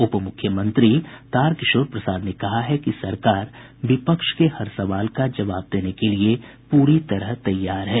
उप मुख्यमंत्री तारकिशोर प्रसाद ने कहा है कि सरकार विपक्ष के हर सवाल का जवाब देने के लिये पूरी तरह तैयार है